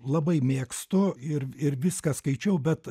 labai mėgstu ir ir viską skaičiau bet